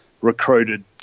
recruited